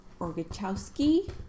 Orgachowski